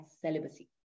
celibacy